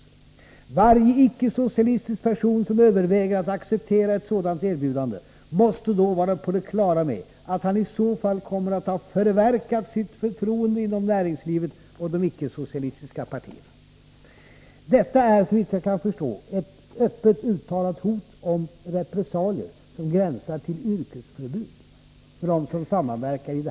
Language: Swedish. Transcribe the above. Varje icke-socialistisk person som överväger att acceptera ett sådant erbjudande måste då vara på det klara med att han i så fall kommer att ha förverkat sitt förtroende inom näringslivet och de icke-socialistiska partierna.” Detta är, såvitt jag kan förstå, ett öppet uttalat hot om repressalier, som gränsar till yrkesförbud för dem som samverkar.